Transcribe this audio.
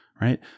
right